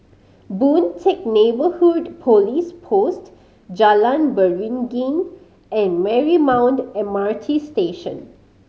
Boon Teck Neighbourhood Police Post Jalan Beringin and Marymount M R T Station